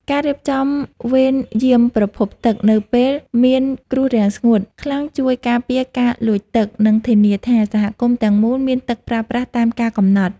ការរៀបចំវេនយាមប្រភពទឹកនៅពេលមានគ្រោះរាំងស្ងួតខ្លាំងជួយការពារការលួចទឹក និងធានាថាសហគមន៍ទាំងមូលមានទឹកប្រើប្រាស់តាមការកំណត់។